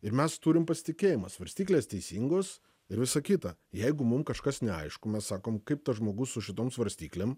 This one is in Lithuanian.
ir mes turim pasitikėjimą svarstyklės teisingos ir visa kita jeigu mum kažkas neaišku mes sakom kaip tas žmogus su šitom svarstyklėm